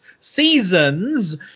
seasons